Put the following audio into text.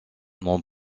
non